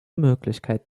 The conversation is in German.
möglichkeit